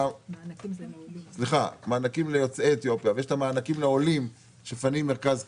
ויש את המענקים לעולים שמפנים מרכז קליטה,